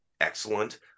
excellent